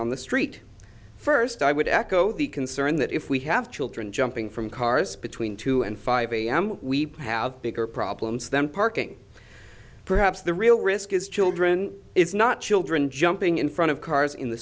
on the street first i would echo the concern that if we have children jumping from cars between two and five am we have bigger problems than parking perhaps the real risk is children it's not children jumping in front of cars in the